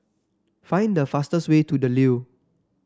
find the fastest way to The Leo